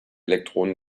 elektronen